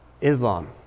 Islam